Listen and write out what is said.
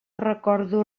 recordo